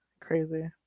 crazy